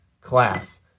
class